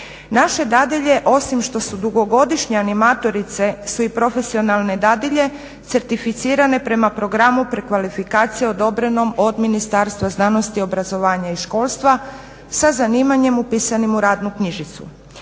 Naše dadilje osim što su dugogodišnje animatorice su i profesionalne dadilje certificirane prema programu prekvalifikacije odobrenom od Ministarstva znanosti, obrazovanja i školstva, sa zanimanjem upisanim u radnu knjižicu.